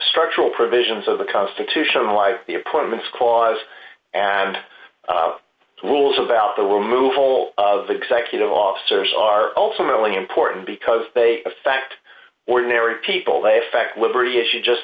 structural provisions of the constitution why the appointments clause and rules about the removal of executive officers are ultimately important because they affect ordinary people they affect liberty as you just